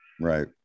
right